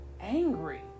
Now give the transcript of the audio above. angry